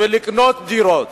ולקנות דירות.